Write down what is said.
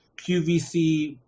QVC